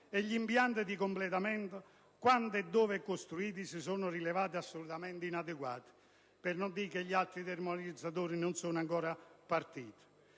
e gli impianti di complemento, quando e dove costruiti, si sono rivelati assolutamente inadeguati, per non dover dire che gli altri termovalorizzatori non sono ancora partiti.